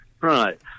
Right